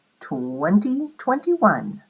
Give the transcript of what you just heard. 2021